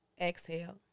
exhale